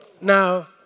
Now